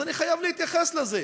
אז אני חייב להתייחס לזה.